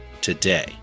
today